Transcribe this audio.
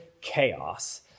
chaos